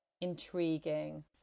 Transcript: intriguing